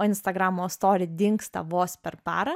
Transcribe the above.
o instagramo stori dingsta vos per parą